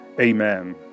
amen